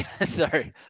Sorry